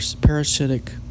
parasitic